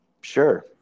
sure